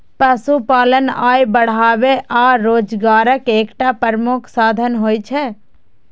पशुपालन आय बढ़ाबै आ रोजगारक एकटा प्रमुख साधन होइ छै